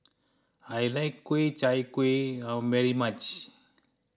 I like Ku Chai Kuih very much